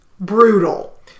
brutal